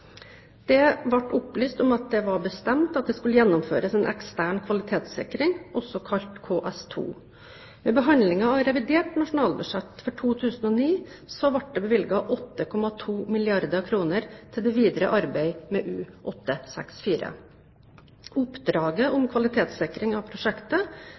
Det ble opplyst om at det var bestemt at det skulle gjennomføres en ekstern kvalitetssikring, også kalt KS2. Ved behandlingen av revidert nasjonalbudsjett for 2009 ble det bevilget 8,2 mill. kr til det videre arbeidet med U-864. Oppdraget om kvalitetssikring av prosjektet